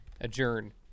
adjourn